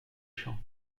champs